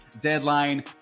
deadline